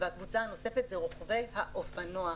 והקבוצה הנוספת זה רוכבי האופנוע.